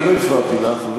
אני לא הפרעתי לך,